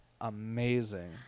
amazing